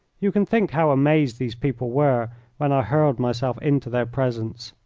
you can think how amazed these people were when i hurled myself into their presence.